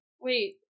Wait